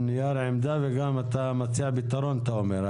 אתה אומר שאתה גם מציע פתרון.